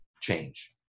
change